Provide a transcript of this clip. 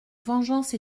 vengeance